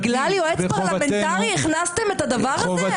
--- בגלל יועץ פרלמנטרי הכנסתם את הדבר הזה?